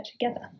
together